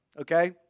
okay